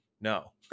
no